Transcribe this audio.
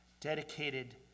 dedicated